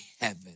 heaven